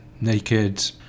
naked